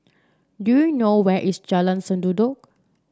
do you know where is Jalan Sendudok